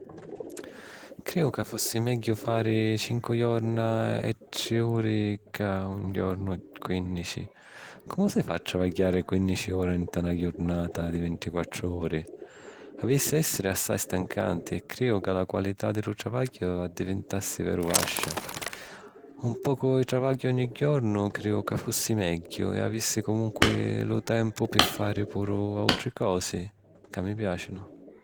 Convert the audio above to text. Crìju ca fussi megghiu fari cincu jorna a tri uri ca un jornu a quìnnici. Comu si fa a travagghiari quìnnici uri nta na jurnata di vintiquattru uri? Avissi a èssiri assai stancanti e crìju ca la qualità di lu travagghiu addivintassi veru vascia. Un pocu di travagghiu ogni jornu crìju ca fussi megghiu e avissi comunqui lu tempu pi fari puru àutri cosi ca mi piàcinu.